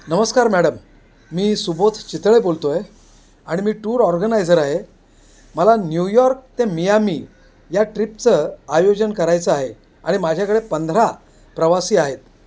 नमस्कार मॅडम मी सुबोध चितळे बोलतो आहे आणि मी टूर ऑर्गनायझर आहे मला न्यूयॉर्क ते मियामी या ट्रिपचं आयोजन करायचं आहे आणि माझ्याकडे पंधरा प्रवासी आहेत